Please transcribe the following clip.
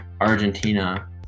Argentina